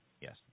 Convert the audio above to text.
Yes